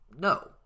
No